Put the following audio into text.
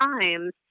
times